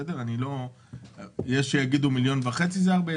יש שיגידו 1.5 מיליון זה הרבה,